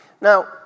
Now